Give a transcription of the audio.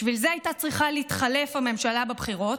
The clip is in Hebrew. בשביל זה הייתה צריכה להתחלף הממשלה בבחירות,